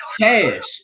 cash